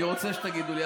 אני רוצים שתגידו לי.